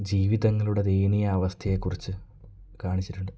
ജീവിതങ്ങളുടെ ദയനീയാവസ്ഥയെ കുറിച്ച് കാണിച്ചിട്ടുണ്ട്